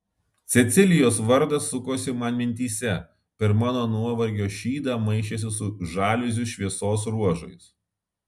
cecilijos vardas sukosi man mintyse per mano nuovargio šydą maišėsi su žaliuzių šviesos ruožais